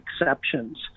exceptions